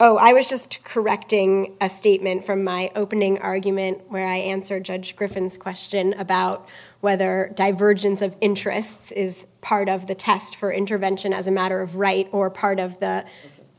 were i was just correcting a statement from my opening argument where i answered judge griffin's question about whether divergence of interests is part of the test for intervention as a matter of right or part of the